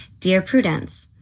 dear prudence,